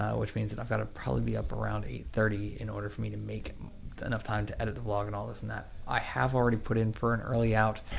which means that i've gotta probably be up around eight thirty in order for me to make enough time to edit the vlog and all this and that. i have already put in for an early-out,